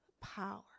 Power